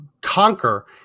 conquer